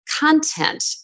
content